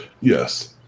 Yes